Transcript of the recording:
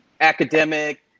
Academic